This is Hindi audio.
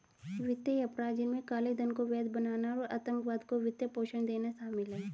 वित्तीय अपराध, जिनमें काले धन को वैध बनाना और आतंकवाद को वित्त पोषण देना शामिल है